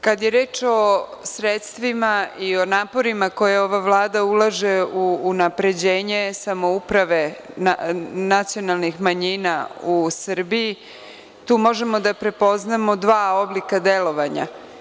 Kada je reč o sredstvima i o naporima koje ova Vlada ulaže u unapređenje samouprave nacionalnih manjina u Srbiji, tu možemo da prepoznamo dva oblika delovanja.